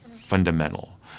fundamental